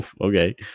Okay